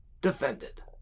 defended